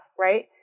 right